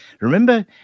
remember